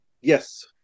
Yes